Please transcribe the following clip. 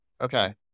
Okay